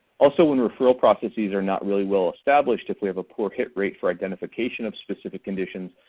also when referral processes are not really well established if we have a poor hit rate for identification of specific conditions,